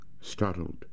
Startled